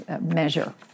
measure